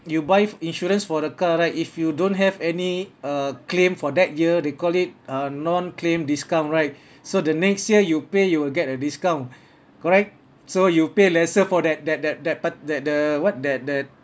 you buy insurance for the car right if you don't have any uh claim for that year they call it uh non claim discount right so the next year you pay you will get a discount correct so you pay lesser for that that that that part~ that the what that that